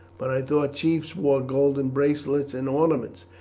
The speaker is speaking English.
but i thought chiefs wore golden bracelets and ornaments,